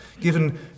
given